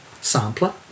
sampler